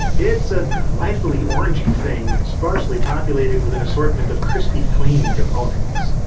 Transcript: it's a delightfully orangey thing, sparsely populated with an assortment of crispy clean components.